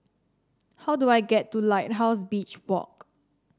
how do I get to Lighthouse Beach Walk